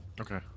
Okay